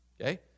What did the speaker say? Okay